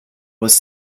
was